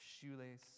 shoelace